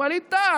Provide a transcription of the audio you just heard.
ווליד טאהא,